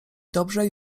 dobrze